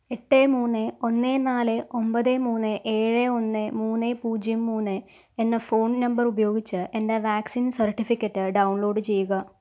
എട്ട് മൂന്ന് ഒന്ന് നാല് ഒമ്പത് മൂന്ന് ഏഴ് ഒന്ന് മൂന്ന് പൂജ്യം മൂന്ന് എന്ന ഫോൺ നമ്പർ ഉപയോഗിച്ച് എൻ്റെ വാക്സിൻ സർട്ടിഫിക്കറ്റ് ഡൗൺലോഡ് ചെയ്യുക